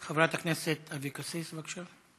חברת הכנסת אבקסיס, בבקשה.